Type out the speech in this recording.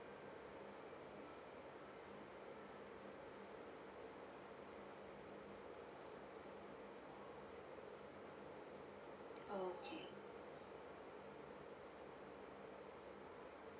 okay